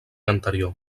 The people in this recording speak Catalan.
anterior